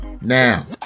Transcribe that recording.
now